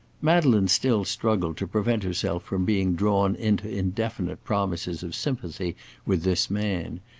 madeleine still struggled to prevent herself from being drawn into indefinite promises of sympathy with this man.